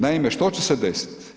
Naime, što će se desiti?